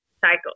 cycle